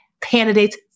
candidates